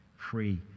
free